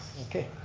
okay.